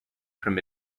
from